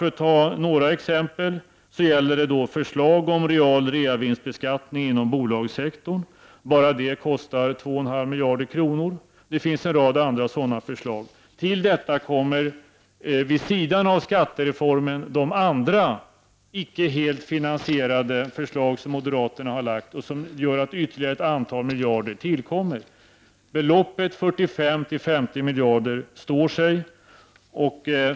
Ett exempel är förslaget om reavinstbeskattningen inom bolagssektorn. Bara det kostar 2,5 miljarder. Det finns en rad andra sådana förslag. Till detta kommer vid sidan av skattereformen de andra icke helt finansie 61 rade förslag som moderaterna har lagt fram och som gör att ytterligare ett antal miljarder tillkommer. Men beloppet 45—50 miljarder står sig.